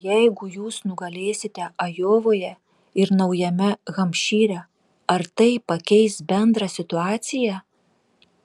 jeigu jūs nugalėsite ajovoje ir naujame hampšyre ar tai pakeis bendrą situaciją